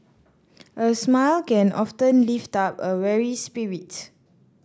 a smile can often lift up a weary spirit